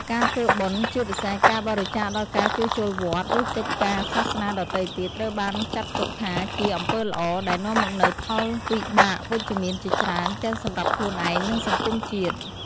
ការធ្វើបុណ្យ ជាពិសេសការបរិច្ចាគដល់ការជួសជុលវត្ត ឬកិច្ចការសាសនាដទៃទៀត ត្រូវបានចាត់ទុកថាជា អំពើល្អ ដែលនាំមកនូវផលវិបាកវិជ្ជមានជាច្រើន ទាំងសម្រាប់ខ្លួនឯង និងសង្គមជាតិ។